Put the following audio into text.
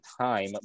time